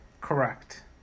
Correct